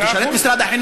מאה אחוז.